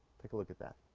take a look at that